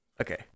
Okay